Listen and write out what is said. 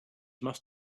must